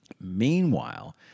Meanwhile